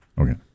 Okay